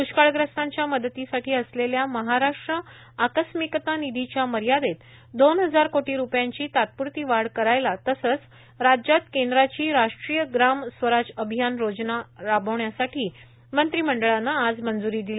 द्रष्काळग्रस्तांच्या मदतीसाठी असलेल्या महाराष्ट्र आकस्मिकता निधीच्या मर्यादेत दोन हजार कोटी रूपयांची तात्प्रती वाढ करायला तसंच राज्यात केंद्राची राष्ट्रीय ग्राम स्वराज अभियान योजना राबवण्यासाठी मंत्रीमंडळानं आज मंजूरी दिली